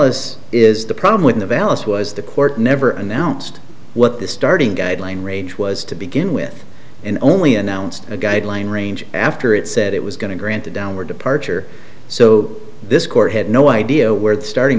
as is the problem with the balance was the court never announced what the starting guideline range was to begin with and only announced a guideline range after it said it was going to grant a downward departure so this court had no idea where the starting